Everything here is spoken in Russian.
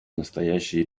настоящей